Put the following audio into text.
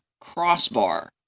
crossbar